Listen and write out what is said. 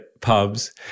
pubs